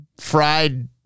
fried